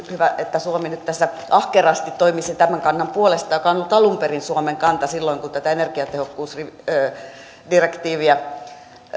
hyvä että suomi nyt tässä ahkerasti toimisi tämän kannan puolesta joka on ollut alun perin suomen kanta silloin kun tätä energiatehokkuusdirektiiviä